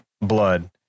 blood